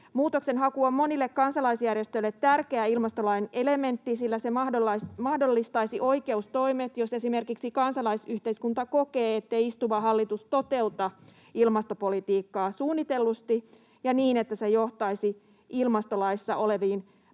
Muutoksenhaku on monille kansalaisjärjestöille tärkeä ilmastolain elementti, sillä se mahdollistaisi oikeustoimet, jos esimerkiksi kansalaisyhteiskunta kokee, ettei istuva hallitus toteuta ilmastopolitiikkaa suunnitellusti ja niin, että se johtaisi ilmastolaissa oleviin